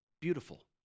beautiful